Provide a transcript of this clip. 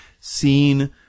seen